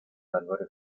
álvarez